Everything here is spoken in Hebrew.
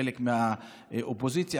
חלק מהאופוזיציה.